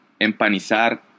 Empanizar